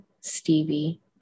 Stevie